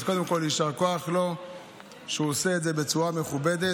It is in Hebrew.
אז קודם כול יישר כוח לו שהוא עושה את זה בצורה מכובדת.